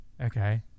Okay